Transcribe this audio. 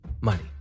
money